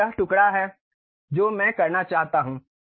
अब यह टुकड़ा है जो मैं करना चाहता हूँ